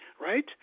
right